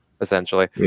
essentially